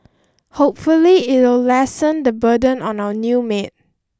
hopefully it'll lessen the burden on our new maid